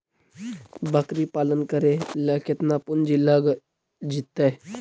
बकरी पालन करे ल केतना पुंजी लग जितै?